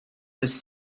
was